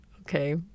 Okay